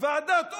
ועדת אור,